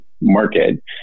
market